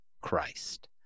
Christ